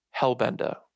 hellbender